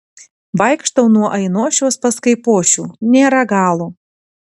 vaikštau nuo ainošiaus pas kaipošių nėra galo